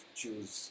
choose